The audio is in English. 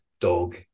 dog